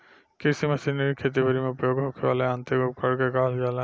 कृषि मशीनरी खेती बरी में उपयोग होखे वाला यांत्रिक उपकरण के कहल जाला